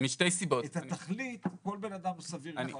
את התכלית כל בן אדם סביר יזכור.